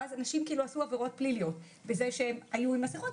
ואז אנשים עשו עבירות פליליות בזה שהיו עם מסכות.